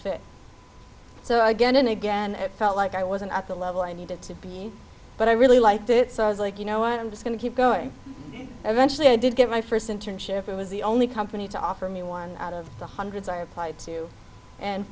fit so again and again i felt like i wasn't at the level i needed to be but i really liked it so i was like you know i'm just going to keep going and eventually i did get my first internship it was the only company to offer me one out of the hundreds i replied to and